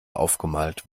aufgemalt